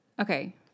Okay